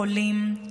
חולים,